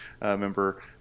member